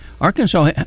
Arkansas